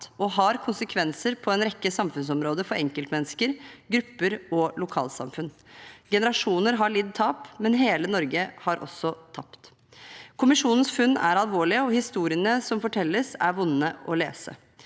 og har konsekvenser på en rekke samfunnsområder for enkeltmennesker, grupper og lokalsamfunn. Generasjoner har lidd tap, men hele Norge har også tapt.» Kommisjonens funn er alvorlige, og historiene som fortelles, er vonde å lese.